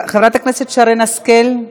חברת הכנסת שרן השכל,